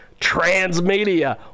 Transmedia